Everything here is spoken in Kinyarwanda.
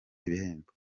ibihembo